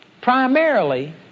primarily